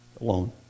alone